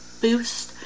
boost